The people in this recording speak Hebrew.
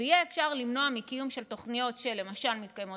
ויהיה אפשר למנוע מתוכניות שלמשל מתקיימות